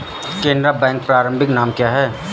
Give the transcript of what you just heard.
Canara bank का प्रारंभिक नाम क्या था?